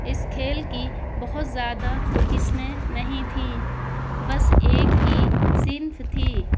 اس کھیل کی بہت زیادہ قسمیں نہیں تھیں بس ایک ہی صنف تھی